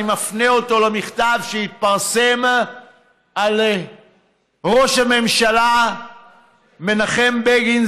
אני מפנה אותו למכתב שהתפרסם על ראש הממשלה מנחם בגין,